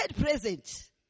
present